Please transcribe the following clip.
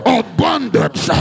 abundance